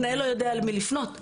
המנהל לא יודע למי לפנות.